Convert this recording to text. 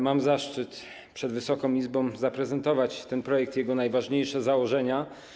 Mam zaszczyt przed Wysoką Izbą zaprezentować ten projekt i jego najważniejsze założenia.